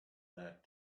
that